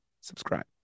subscribe